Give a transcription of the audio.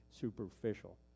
superficial